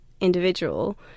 individual